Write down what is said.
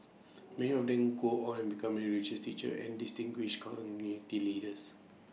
many of them go on become religious teachers and distinguished community leaders